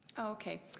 okay.